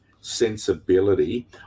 sensibility